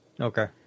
Okay